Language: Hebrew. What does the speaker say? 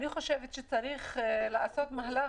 אני חושבת שצריך לעשות מהלך.